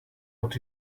what